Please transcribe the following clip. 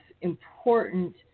important